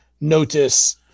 notice